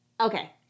Okay